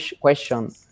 question